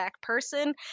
person